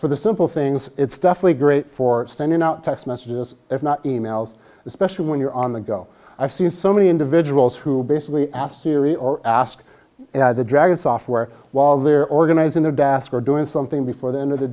for the simple things it's definitely great for sending out text messages if not emails especially when you're on the go i've seen so many individuals who basically asiri or ask the dragon software while they're organizing their desk or doing something before the end of the